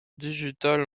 digital